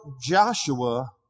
Joshua